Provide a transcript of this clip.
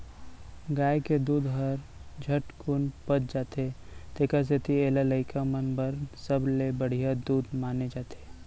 गाय के दूद हर झटकुन पच जाथे तेकर सेती एला लइका मन बर सबले बड़िहा दूद माने जाथे